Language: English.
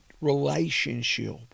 relationship